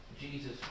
Jesus